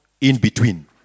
in-between